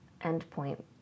endpoint